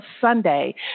Sunday